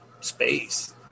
space